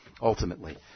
ultimately